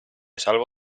salvo